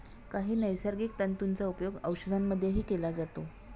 काही नैसर्गिक तंतूंचा उपयोग औषधांमध्येही केला जातो